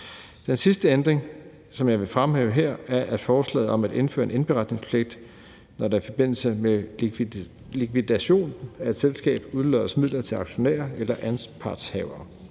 Den sidste ændring, som jeg vil fremhæve her, er forslaget om at indføre en indberetningspligt, når der i forbindelse med likvidation af et selskab udloddes midler til aktionærer eller anpartshavere.